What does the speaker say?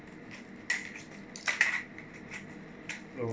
oh